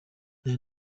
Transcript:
aya